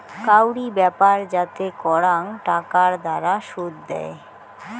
কাউরি ব্যাপার যাতে করাং টাকার দ্বারা শুধ দেয়